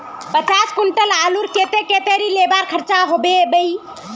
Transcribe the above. पचास कुंटल आलूर केते कतेरी लेबर खर्चा होबे बई?